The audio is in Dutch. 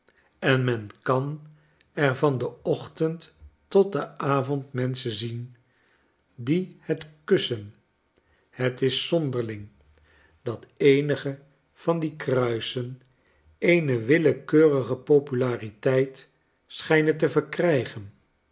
en men kan er van den ochtend tot den avond menschen zien die het kussen het is zonderhng dat eenige van die kruisen eene willekeurige populariteit schijnen te verkrijgen